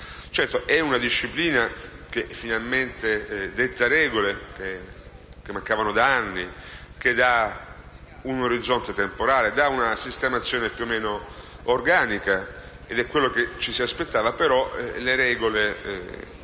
Certo, è una disciplina che finalmente detta regole che mancavano da anni e che dà un orizzonte temporale e una sistemazione più o meno organica alla materia - ed quello che ci si aspettava - però le regole